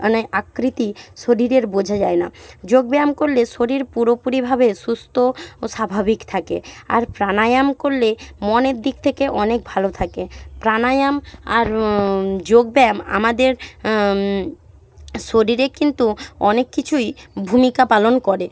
মানে আকৃতি শরীরের বোঝা যায় না যোগ ব্যায়াম করলে শরীর পুরোপুরিভাবে সুস্থ ও স্বাভাবিক থাকে আর প্রাণায়াম করলে মনের দিক থেকে অনেক ভালো থাকে প্রাণায়াম আর যোগ ব্যায়াম আমাদের শরীরে কিন্তু অনেক কিছুই ভূমিকা পালন করে